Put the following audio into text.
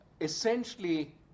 essentially